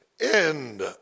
end